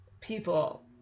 people